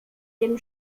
dem